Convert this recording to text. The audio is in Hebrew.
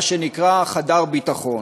מה שנקרא חדר ביטחון.